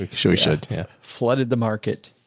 we should, we should have flooded the market.